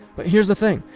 but here's the thing.